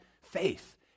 faith